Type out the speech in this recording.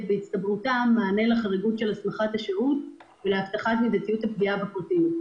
בהצטברותם מענה לחריגות של הסמכת השירות ולהבטחת מידתיות הפגיעה בפרטים.